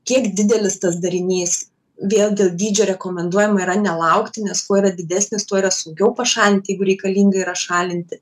kiek didelis tas darinys vėl dėl dydžio rekomenduojama yra nelaukti nes kuo yra didesnis tuo yra sunkiau pašalint jeigu reikalinga yra šalinti